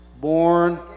born